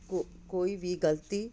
ਕੋ ਕੋਈ ਵੀ ਗਲਤੀ